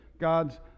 God's